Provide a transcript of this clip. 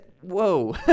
Whoa